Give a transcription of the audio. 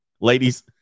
Ladies